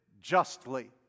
justly